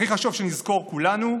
הכי חשוב שנזכור, כולנו,